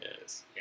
Yes